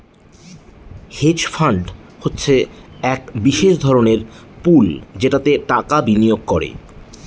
hedge fund হচ্ছে এক বিশেষ ধরনের পুল যেটাতে টাকা বিনিয়োগ করে